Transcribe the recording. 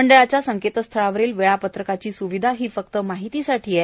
मंडळाच्या संकेतस्थळावरील वेळापत्रकाची सुविधा ही फक्त माहितीसाठी आहे